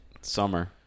Summer